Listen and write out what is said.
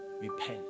repent